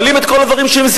מעלים את כל הדברים שסביב.